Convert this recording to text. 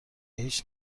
هیچ